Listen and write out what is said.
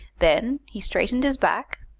then he straightened his back,